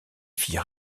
fit